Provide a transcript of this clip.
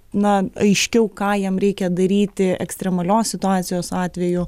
na aiškiau ką jam reikia daryti ekstremalios situacijos atveju